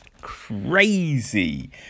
crazy